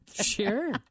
Sure